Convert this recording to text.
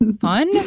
fun